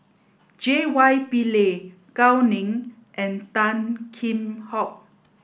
J Y Pillay Gao Ning and Tan Kheam Hock